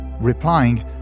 Replying